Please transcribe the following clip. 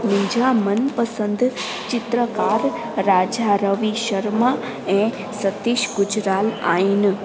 मुंहिंजा मनपसंदि चित्रकार राजा रवि शर्मा ऐं सतीश गुजराल आहिनि